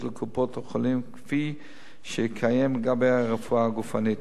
לקופות-החולים כפי שקיים לגבי הרפואה הגופנית.